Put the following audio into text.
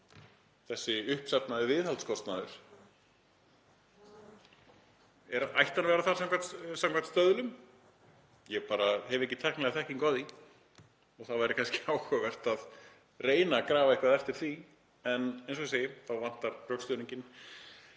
þessi uppsafnaði viðhaldskostnaður. Ætti hann að vera þar samkvæmt stöðlum? Ég bara hef ekki tæknilega þekkingu á því og það væri kannski áhugavert að reyna að grafa eitthvað eftir því. En eins og ég segi þá vantar rökstuðninginn